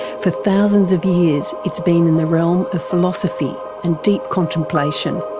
for thousands of years it's been in the realm of philosophy and deep contemplation.